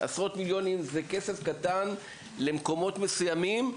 עשרות מיליונים זה כסף קטן למקומות מסוימים,